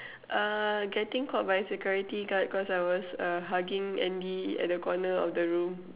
uh getting caught by security guard cause I was uh hugging Andy at the corner of the room